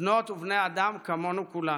בנות ובני אדם כמונו כולנו,